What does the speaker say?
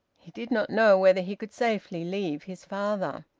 he did not know whether he could safely leave his father.